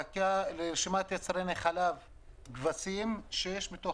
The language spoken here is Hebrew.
ברשימת יצרני חלב כבשים שישה מתוך